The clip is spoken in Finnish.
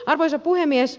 arvoisa puhemies